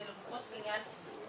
זה לגופו של עניין,